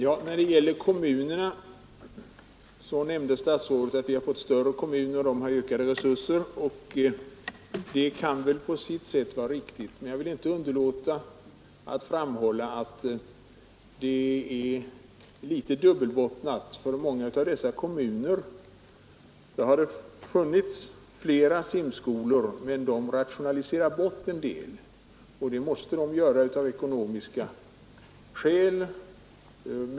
Herr talman! Statsrådet nämnde att vi har fått större kommuner och att de har ökade resurser. Det är på sitt sätt riktigt, men jag vill inte underlåta att framhålla, att detta är litet dubbelbottnat. I många av de nya storkommunerna har funnits flera simskolor, men en del av dem har nu rationaliserats bort av ekonomiska skäl.